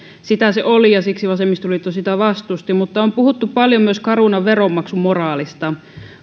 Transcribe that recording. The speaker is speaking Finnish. sitä se oli ja siksi vasemmistoliitto sitä vastusti mutta on puhuttu paljon myös carunan veronmaksumoraalista